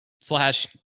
Slash